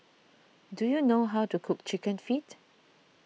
do you know how to cook Chicken Feet